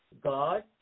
God